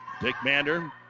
Dickmander